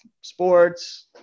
sports